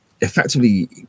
effectively